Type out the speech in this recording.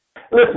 Listen